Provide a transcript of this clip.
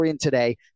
today